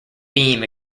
beam